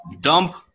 Dump